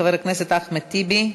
חבר הכנסת אחמד טיבי,